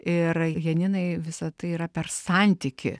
ir janinai visa tai yra per santykį